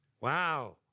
Wow